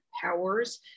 Powers